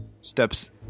steps